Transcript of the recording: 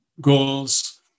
goals